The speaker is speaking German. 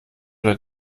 oder